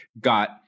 got